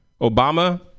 Obama